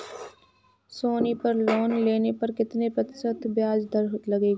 सोनी पर लोन लेने पर कितने प्रतिशत ब्याज दर लगेगी?